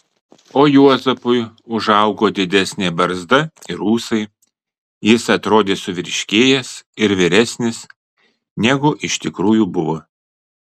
o juozapui užaugo didesnė barzda ir ūsai jis atrodė suvyriškėjęs ir vyresnis negu iš tikrųjų buvo